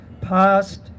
past